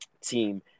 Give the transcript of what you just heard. team